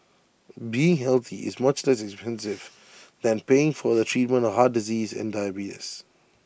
being healthy is much less expensive than paying for the treatment of heart disease and diabetes